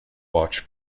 watch